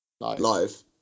live